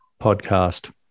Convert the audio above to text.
Podcast